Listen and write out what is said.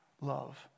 love